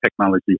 technology